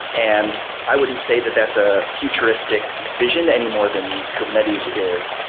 and i wouldn't say that that's a futuristic vision any more than kubernetes is.